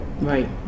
right